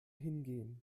hingehen